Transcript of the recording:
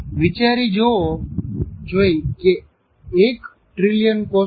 વિચારી જોવો જોઈ એક ટ્રિલિયન કોષો